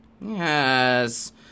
Yes